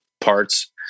parts